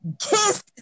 Kiss